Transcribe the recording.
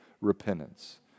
repentance